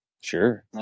sure